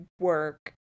work